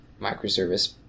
microservice